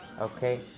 Okay